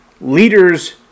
Leaders